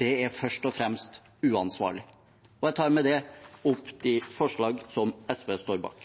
det er først og fremst uansvarlig. Jeg tar med det opp de forslagene SV står bak.